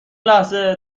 لحظه